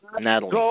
Natalie